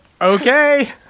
okay